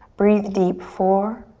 breathe deep, four.